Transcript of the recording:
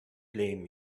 blame